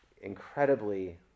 incredibly